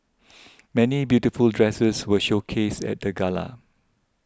many beautiful dresses were showcased at the gala